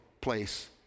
place